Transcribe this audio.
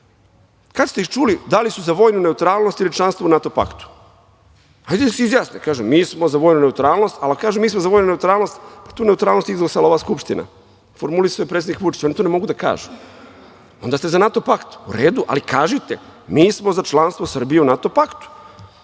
Kada ste ih čuli da li su za vojnu neutralnost ili članstvo u NATO paktu? Hajde da se izjasne i kažu – mi smo za vojnu neutralnost. Ali ako kažu – mi smo za vojnu neutralnost, pa tu neutralnost je izglasala ova Skupština, formulisao je predsednik Vučić, oni to ne mogu da kažu. Onda ste za NATO pakt. U redu, ali kažite – mi smo za članstvo Srbije u NATO paktu,